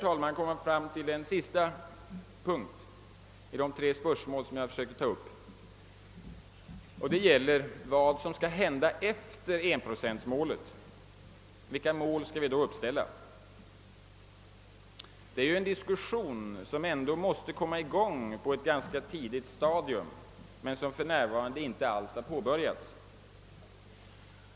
Härmed är jag framme vid det sista av de tre spörsmål som jag här tänkt ta upp, nämligen frågan vad som kan hända efter det att 1-procentsmålet har uppnåtts. Vilka mål skall vi då uppställa? Det är ju en diskussion som ändå måste komma i gång, och på ett ganska tidigt stadium, men som ännu inte har påbörjats.